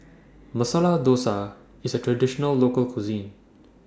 Masala Dosa IS A Traditional Local Cuisine